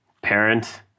parent